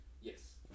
yes